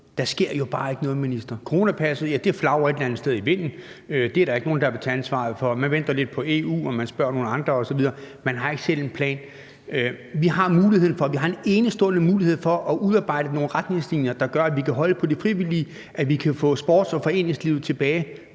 Der sker jo bare ikke noget, minister. Coronapasset flagrer i vinden; det er der ikke nogen der vil tage ansvaret for, medmindre det er i EU-regi og man spørger nogle andre osv. – man har ikke selv en plan. Vi har en enestående mulighed for at udarbejde nogle retningslinjer, der gør, at vi kan holde på de frivillige, at vi kan få sports- og foreningslivet tilbage